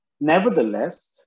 Nevertheless